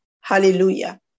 Hallelujah